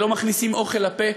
שלא מכניסים אוכל לפה,